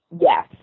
Yes